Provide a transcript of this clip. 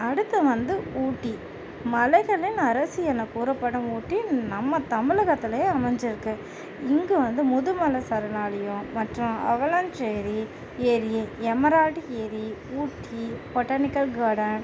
அடுத்து வந்து ஊட்டி மலைகளின் அரசி என கூறப்படும் ஊட்டி நம்ம தமிழகத்திலே அமைஞ்சிருக்கு இங்கே வந்து முதுமலை சரணாலயம் மற்றும் அவளாஞ்சி ஏரி ஏரி எமரால்டு ஏரி ஊட்டி பொட்டானிக்கல் கார்டன்